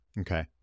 Okay